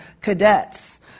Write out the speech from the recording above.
cadets